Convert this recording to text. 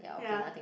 ya